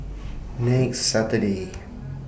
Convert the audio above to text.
next Saturday